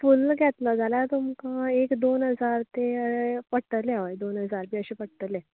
full घेतलो जाल्यार तुमका एक दोन हजार ते पडटले हय दोन हजार बी अशे पडटले